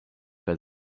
pas